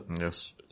Yes